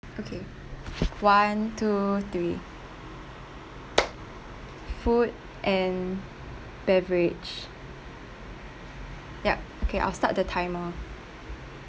okay one two three food and beverage yup okay I'll start the timer